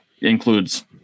includes